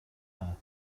her